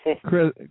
Chris